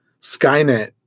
Skynet